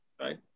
Right